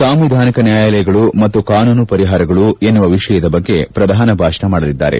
ಸಾಂವಿಧಾನಿಕ ನ್ಯಾಯಾಲಯಗಳು ಮತ್ತು ಕಾನೂನು ಪರಿಹಾರಗಳು ಎನ್ನುವ ವಿಷಯದ ಬಗ್ಗೆ ಪ್ರಧಾನ ಭಾಷಣ ಮಾಡಲಿದ್ದಾರೆ